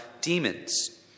demons